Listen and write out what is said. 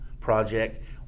project